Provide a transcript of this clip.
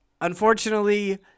unfortunately